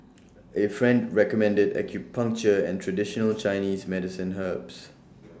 A friend recommended acupuncture and traditional Chinese medicine herbs